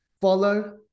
follow